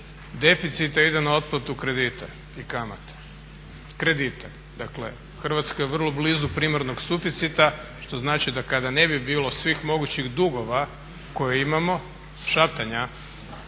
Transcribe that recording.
deficita ide na otplatu kredita i kamate, kredita. Dakle, Hrvatska je vrlo blizu primarnog suficita što znači da kada ne bi bilo svih mogućih dugova koje imamo, šaptanja,